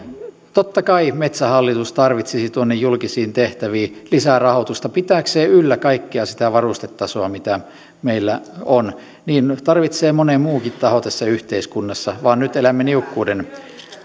totta kai metsähallitus tarvitsisi julkisiin tehtäviin lisää rahoitusta pitääkseen yllä kaikkea sitä varustetasoa mitä meillä on niin tarvitsee moni muukin taho tässä yhteiskunnassa vaan nyt elämme niukkuuden